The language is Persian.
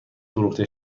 فروخته